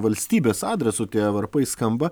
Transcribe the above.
valstybės adresu tie varpai skamba